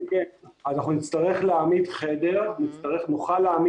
אנחנו נוכל להעמיד חדר אחד.